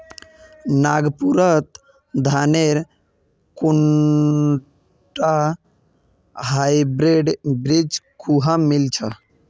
नागपुरत धानेर कुनटा हाइब्रिड बीज कुहा मिल छ